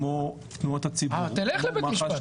כמו תנועות הציבור -- תלך לבית המשפט,